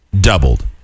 doubled